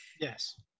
yes